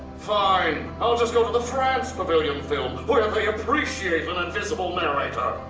fine, i'll just go to the france pavillion film where they appreciate an invisible narrator.